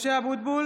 (קוראת בשמות חברי